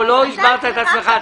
לא הסברת את עצמך.